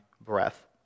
breath